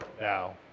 Now